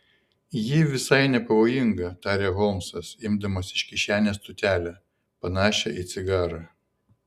ji visai nepavojinga tarė holmsas imdamas iš kišenės tūtelę panašią į cigarą